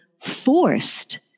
forced